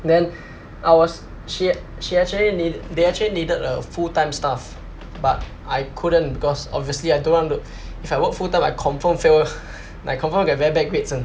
then I was she she actually need they actually needed a full time staff but I couldn't because obviously I don't want to if I work full time I confirm fail [one] I confirm get very bad grades [one]